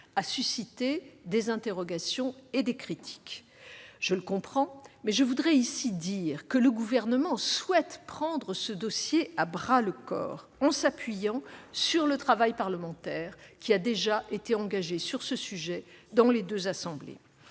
a suscité des interrogations et des critiques. Je le comprends, mais je voudrais ici dire que le Gouvernement souhaite prendre ce dossier à bras-le-corps en s'appuyant sur le travail parlementaire qui a déjà été engagé sur ce sujet dans les deux assemblées.